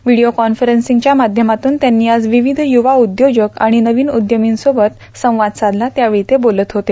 video कॉन्फरन्सिंगच्या माध्यमातून त्यांनी आज विविध युवा उद्योजक आणि नवीन उद्यमींसोबत संवाद साधला त्यावेळी ते बोलत होते